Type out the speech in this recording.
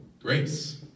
Grace